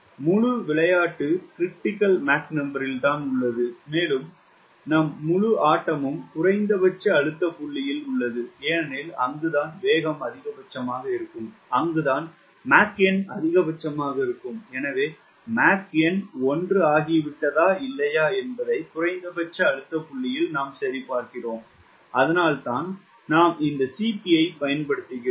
முழு விளையாட்டு 𝑀cr இல் உள்ளது மேலும் எங்கள் முழு ஆட்டமும் குறைந்தபட்ச அழுத்த புள்ளியில் உள்ளது ஏனெனில்அங்குதான் வேகம் அதிகபட்சமாக இருக்கும் அங்குதான் மாக் எண் அதிகபட்சமாக இருக்கும் எனவே மாக் எண் 1 ஆகிவிட்டதா இல்லையா என்பதை குறைந்தபட்ச அழுத்த புள்ளியில் சரிபார்க்கிறோம்அதனால்தான் நாம் இந்த Cp யைப் பயன்படுத்துகிறோம்